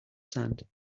sand